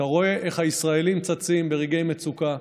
אתה רואה איך הישראלים צצים ברגעי מצוקה,